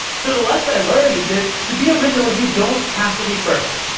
so the lesson i learned is that to be original you don't have to be first.